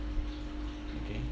okay